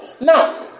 now